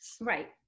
Right